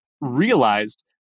realized